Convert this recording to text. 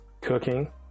cooking